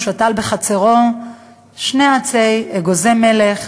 הוא שתל בחצרו שני עצי אגוזי מלך,